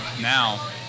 now